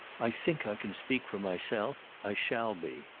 i think i can speak for myself. i shall be.